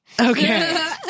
Okay